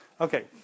Okay